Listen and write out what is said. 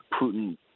Putin